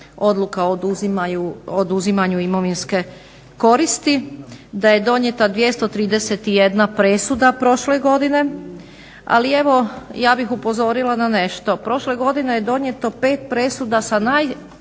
odluka o oduzimanju imovinske koristi, da je donijeta 231 presuda prošle godine, ali evo ja bih upozorila na nešto. Prošle godine je donijeto 5 presuda sa najstrožom